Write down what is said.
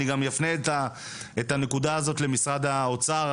אני גם אפנה את הנקודה הזאת למשרד האוצר,